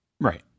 Right